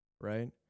right